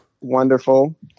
Wonderful